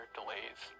delays